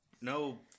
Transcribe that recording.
No